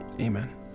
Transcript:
amen